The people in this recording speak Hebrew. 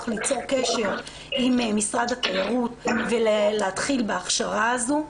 ליצור קשר עם משרד התיירות ולהתחיל בהכשרה הזו.